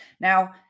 Now